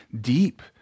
deep